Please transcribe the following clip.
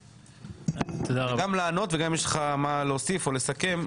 גם לענות וגם אם יש לך מה להוסיף או לסכם.